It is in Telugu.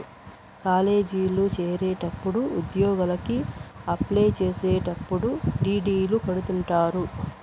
కాలేజీల్లో చేరేటప్పుడు ఉద్యోగలకి అప్లై చేసేటప్పుడు డీ.డీ.లు కడుతుంటారు